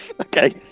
Okay